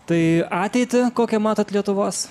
tai ateitį kokią matot lietuvos